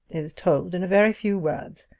is told in a very few words.